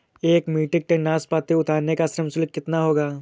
एक metric ton नाशपाती उतारने का श्रम शुल्क कितना होगा?